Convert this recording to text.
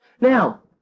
Now